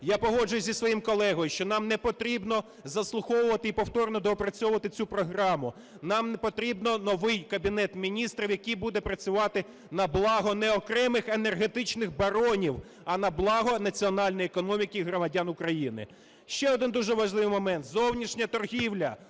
Я погоджуюсь зі своїм колегою, що нам не потрібно заслуховувати і повторно доопрацьовувати цю програму, нам потрібний новий Кабінет Міністрів, який буде працювати на благо не окремих енергетичних баронів, а на благо національної економіки і громадян України. Ще один дуже важливий момент: зовнішня торгівля